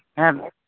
ᱦᱮᱸ